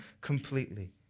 completely